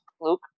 Luke